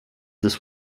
this